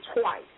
twice